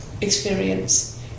experience